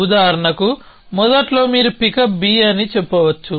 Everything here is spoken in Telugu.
ఉదాహరణకు మొదట్లో మీరు పికప్ B అని చెప్పవచ్చు